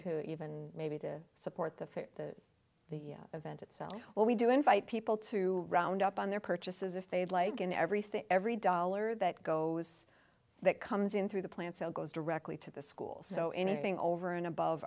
to even maybe to support the the event itself what we do invite people to round up on their purchases if they'd like and everything every dollar that goes that comes in through the plant sale goes directly to the schools so anything over and above